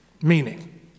meaning